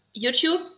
YouTube